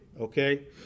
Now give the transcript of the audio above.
okay